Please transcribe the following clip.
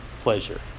pleasure